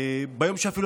ביום שאפילו,